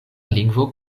lingvo